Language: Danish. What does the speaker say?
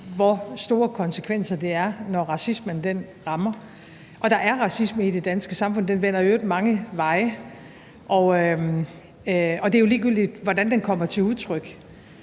hvor store konsekvenser det har, når racismen rammer. Og der er racisme i det danske samfund – den vender i øvrigt mange veje. Og ligegyldigt hvordan det kommer til udtryk,